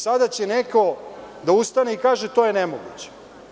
Sada će neko da ustane i kaže – to je nemoguće.